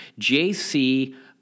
JC